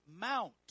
mount